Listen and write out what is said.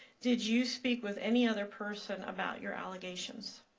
did you speak with any other person about your allegations?